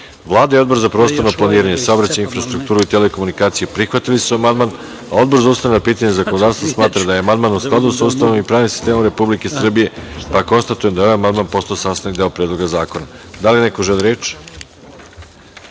Rakić. Vlada i Odbor za prostorno planiranje, saobraćaj, infrastrukturu i telekomunikacije prihvatili su amandman. Odbor za ustavna pitanja i zakonodavstvo smatra da je amandman u skladu sa Ustavom i pravnim sistemom Republike Srbije, pa konstatujem da je ovaj amandman postao sastavni deo Predloga zakona. Da li neko želi reč?